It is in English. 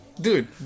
Dude